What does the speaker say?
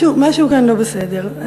משהו כאן לא בסדר.